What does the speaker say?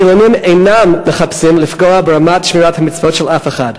חילונים אינם מחפשים לפגוע ברמת שמירת המצוות של אף אחד.